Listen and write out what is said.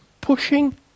pushing